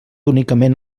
únicament